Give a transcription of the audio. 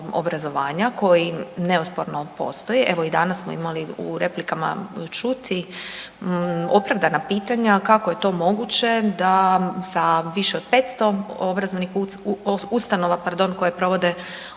obrazovanja koji neosporno postoji. Evo i danas smo u replikama čuti opravdana pitanja kako je to moguće da za više od 500 obrazovnih ustanova,